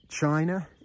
China